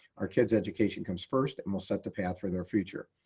our kids' education comes first and will set the path for their future.